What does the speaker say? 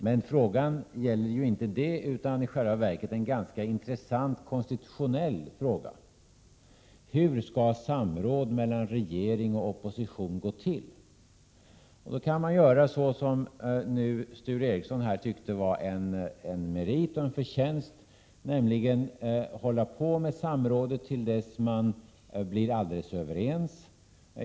Men frågan gäller inte det, utan en i själva verket ganska intressant konstitutionell fråga. Hur skall samråd mellan regering och opposition gå till? Man kan göra på det sättet som Sture Ericson tyckte var en merit och en förtjänst, nämligen hålla på med samrådet till dess man blir alldeles överens.